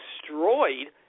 destroyed